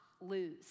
lose